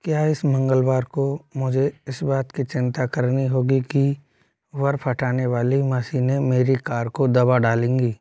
क्या इस मंगलवार को मुझे इस बात की चिंता करनी होगी कि बर्फ़ हटाने वाली मशीनें मेरी कार को दबा डालेंगी